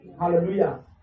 Hallelujah